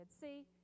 See